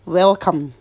welcome